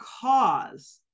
cause